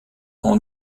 oan